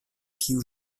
kiu